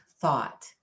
thought